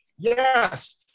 Yes